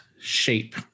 shape